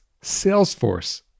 Salesforce